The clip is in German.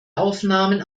aufnahmen